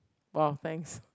!wah! thanks